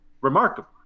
remarkable